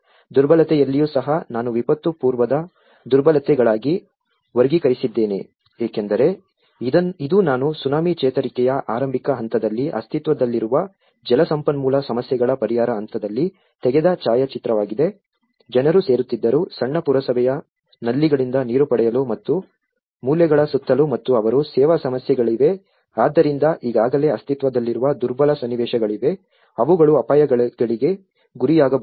ದುರ್ಬಲತೆಯಲ್ಲಿಯೂ ಸಹ ನಾನು ವಿಪತ್ತು ಪೂರ್ವದ ದುರ್ಬಲತೆಗಳಾಗಿ ವರ್ಗೀಕರಿಸಿದ್ದೇನೆ ಏಕೆಂದರೆ ಇದು ನಾನು ಸುನಾಮಿ ಚೇತರಿಕೆಯ ಆರಂಭಿಕ ಹಂತದಲ್ಲಿ ಅಸ್ತಿತ್ವದಲ್ಲಿರುವ ಜಲಸಂಪನ್ಮೂಲ ಸಮಸ್ಯೆಗಳ ಪರಿಹಾರ ಹಂತದಲ್ಲಿ ತೆಗೆದ ಛಾಯಾಚಿತ್ರವಾಗಿದೆ ಜನರು ಸೇರುತ್ತಿದ್ದರು ಸಣ್ಣ ಪುರಸಭೆಯ ನಲ್ಲಿಗಳಿಂದ ನೀರು ಪಡೆಯಲು ಮತ್ತು ಮೂಲೆಗಳ ಸುತ್ತಲೂ ಮತ್ತು ಅವರು ಸೇವಾ ಸಮಸ್ಯೆಗಳಿವೆ ಆದ್ದರಿಂದ ಈಗಾಗಲೇ ಅಸ್ತಿತ್ವದಲ್ಲಿರುವ ದುರ್ಬಲ ಸನ್ನಿವೇಶಗಳಿವೆ ಅವುಗಳು ಅಪಾಯಗಳಿಗೆ ಗುರಿಯಾಗಬಹುದು